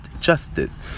justice